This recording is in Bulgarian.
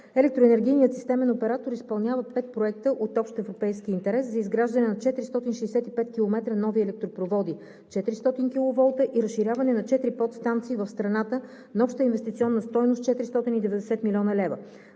Електроенергийният системен оператор изпълнява пет проекта от общоевропейски интерес за изграждане на 465 км нови електропроводи 400 киловолта и разширяване на четири подстанции в страната на обща инвестиционна стойност 490 млн. лв.